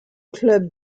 club